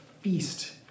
feast